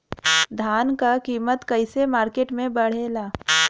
धान क कीमत कईसे मार्केट में बड़ेला?